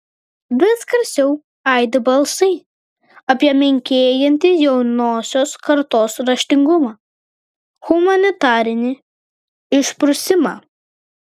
vis garsiau aidi balsai apie menkėjantį jaunosios kartos raštingumą humanitarinį išprusimą